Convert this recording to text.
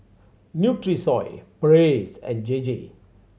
Nutrisoy Praise and J J